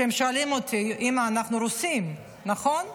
כשהם שואלים אותי: אימא, אנחנו רוסים, נכון?